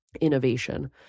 innovation